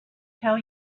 tell